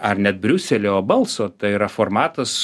ar net briuselio balso tai yra formatas